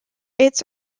its